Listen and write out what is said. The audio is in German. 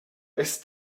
ist